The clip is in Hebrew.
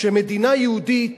שמדינה יהודית